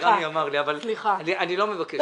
רמי אמר לי, אבל אני לא מבקש את זה.